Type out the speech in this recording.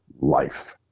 life